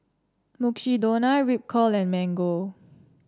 Mukshidonna Ripcurl and Mango